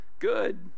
good